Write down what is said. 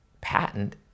patent